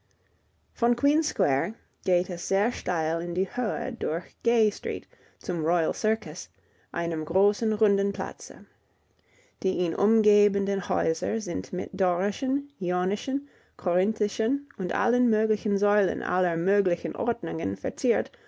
von queen's square geht es sehr steil in die höhe durch gay street zum royal circus einem großen runden platze die ihn umgebenden häuser sind mit dorischen jonischen korinthischen und allen möglichen säulen aller möglichen ordnungen verziert